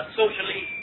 socially